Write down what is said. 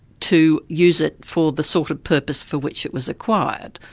to use it for the sort of purpose for which it was acquired.